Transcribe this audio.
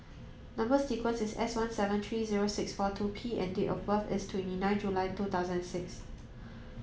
number sequence is S one seven three zero six four two P and date of birth is twenty nine July two thousand six